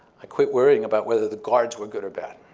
i quit worrying about whether the guards were good or bad.